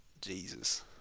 Jesus